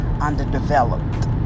underdeveloped